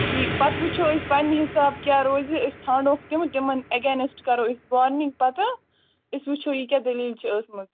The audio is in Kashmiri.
ٹھیٖک پَتہٕ وُچھو أسۍ پنٕنہِ حِساب کیٛاہ روزِ أسۍ ژھانٛڈہوک تِم تِمَن ایگینٮ۪سٹہٕ کَرو أسۍ وارنِنٛگ پَتہٕ أسۍ وُچھو یہِ کیٛاہ دٔلیٖل چھِ ٲسمٕژ